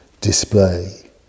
display